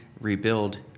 rebuild